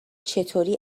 چطوری